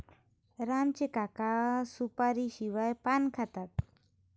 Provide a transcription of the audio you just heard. राम चे काका सुपारीशिवाय पान खातात